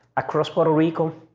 across puerto rico,